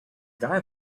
guy